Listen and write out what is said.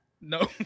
No